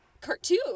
Cartoon